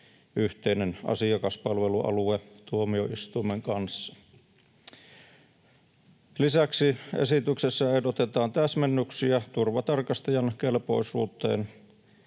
yhteinen asiakaspalvelualue tuomioistuimen kanssa. Lisäksi esityksessä ehdotetaan täsmennyksiä turvatarkastajan kelpoisuuteen,